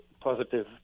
positive